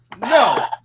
No